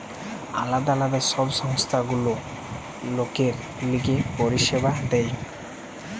আলদা আলদা সব সংস্থা গুলা লোকের লিগে পরিষেবা দেয়